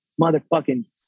motherfucking